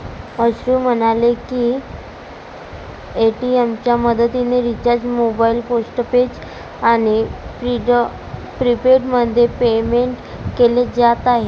अश्रू म्हणाले की पेटीएमच्या मदतीने रिचार्ज मोबाईल पोस्टपेड आणि प्रीपेडमध्ये पेमेंट केले जात आहे